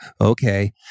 okay